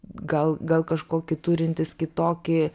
gal gal kažkokį turintis kitokį